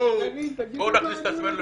בואו נכניס את עצמנו לפרופורציה,